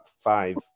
five